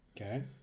Okay